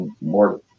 more